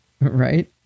Right